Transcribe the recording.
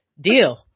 deal